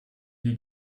die